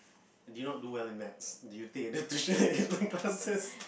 did you not do well in maths do you take enough tuition in my classes